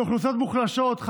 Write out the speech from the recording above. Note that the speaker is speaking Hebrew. לאוכלוסיות מוחלשות,